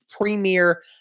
premier